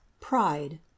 Pride